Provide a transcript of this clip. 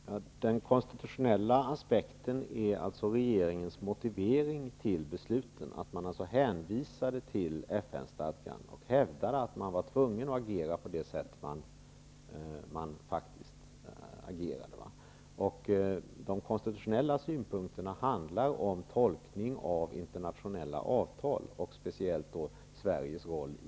Herr talman! Den konstitutionella aspekten är regeringens motivering till besluten, dvs. det faktum att man hänvisade till FN-stadgan och hävdade att man var tvungen att agera på det sätt man faktiskt gjorde. De konstitutionella synpunkterna handlar om tolkning av internationella avtal och speciellt då Sveriges roll i